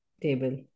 table